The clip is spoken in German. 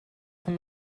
von